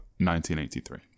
1983